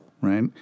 right